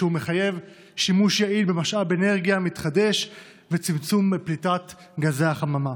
כי הוא מחייב שימוש יעיל במשאב אנרגי מתחדש וצמצום פליטת גזי החממה.